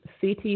CT